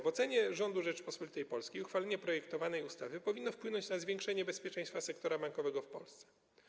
W ocenie rządu Rzeczypospolitej Polskiej uchwalenie projektowanej ustawy powinno wpłynąć na zwiększenie bezpieczeństwa sektora bankowego w Polsce.